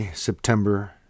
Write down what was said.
September